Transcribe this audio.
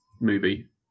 movie